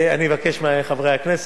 אני אבקש מחברי הכנסת